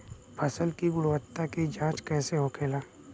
फसल की गुणवत्ता की जांच कैसे होखेला?